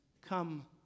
come